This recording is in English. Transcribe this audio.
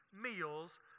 meals